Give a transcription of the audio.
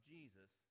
Jesus